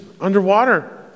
underwater